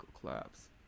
collapse